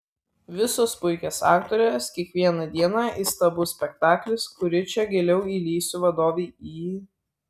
visos puikios aktorės kiekvieną dieną įstabus spektaklis kuri čia giliau įlįsiu vadovei į